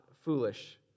foolish